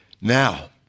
Now